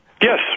Yes